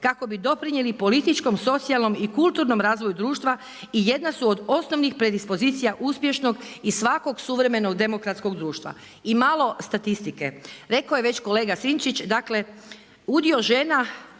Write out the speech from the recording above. kako bi doprinijeli političkom, socijalnom i kulturnom razvoju društva i jedna su od osnovnih predispozicija uspješnog i svakog suvremenog demokratskog društva. I malo statistike. Rekao je već kolega Sinčić, dakle udio žena